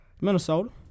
Minnesota